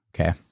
Okay